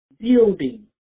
Building